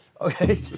okay